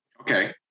Okay